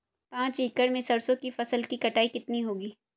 पांच एकड़ में सरसों की फसल की कटाई कितनी होगी?